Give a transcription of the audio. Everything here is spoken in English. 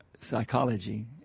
psychology